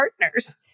partners